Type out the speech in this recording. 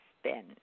spin